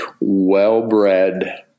well-bred